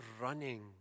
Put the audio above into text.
running